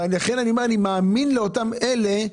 ולכן אני מאמין להם,